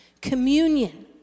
Communion